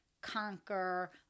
conquer